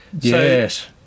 Yes